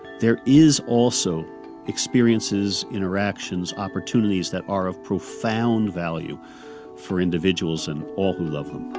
there is also experiences, interactions, opportunities that are of profound value for individuals and all who love them